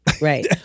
Right